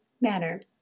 manner